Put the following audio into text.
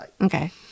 okay